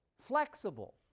flexible